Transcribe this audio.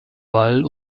wall